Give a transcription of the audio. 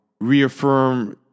reaffirm